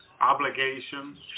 obligations